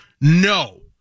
No